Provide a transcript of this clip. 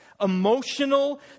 emotional